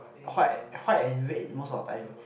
white white and red most of the time